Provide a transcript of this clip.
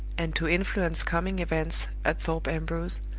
and to influence coming events at thorpe ambrose,